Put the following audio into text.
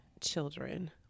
children